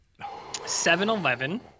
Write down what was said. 7-Eleven